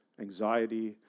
anxiety